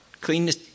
Cleanness